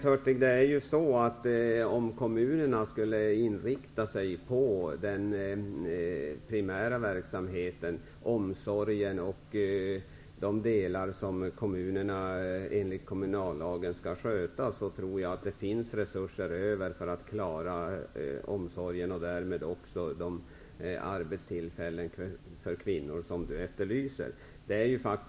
Herr talman! Om kommunerna inriktar sig på den primära verksamheten, omsorgen och övriga delar som kommunerna enligt kommunallagen skall sköta, tror jag att det finns resurser för att klara de arbetstillfällen för kvinnor Bengt Hurtig efterlyser.